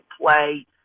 play